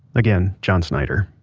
again john snyder,